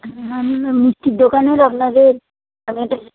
ভুবনডাঙা মিষ্টির দোকানের আপনাদের আমি একটা